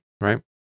right